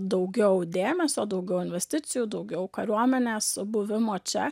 daugiau dėmesio daugiau investicijų daugiau kariuomenės buvimo čia